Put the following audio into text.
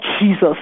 Jesus